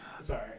Sorry